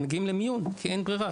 הם מגיעים למיון כי אין ברירה,